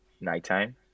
nighttime